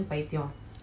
ஏன்:yen lah